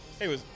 hey